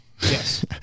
Yes